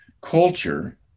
culture